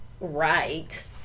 right